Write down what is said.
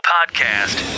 Podcast